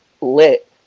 lit